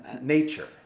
nature